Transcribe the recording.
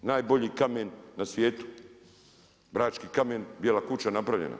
Najbolji kamen na svijetu, brački kamen, Bijela kuća napravljena.